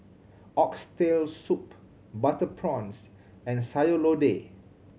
Oxtail Soup butter prawns and Sayur Lodeh